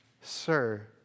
sir